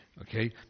okay